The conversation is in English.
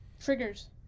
triggers